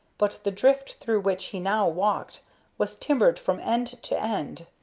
but the drift through which he now walked was timbered from end to end.